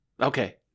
okay